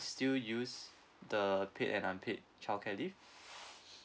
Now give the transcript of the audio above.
still use the paid and unpaid childcare leave